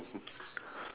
<Z<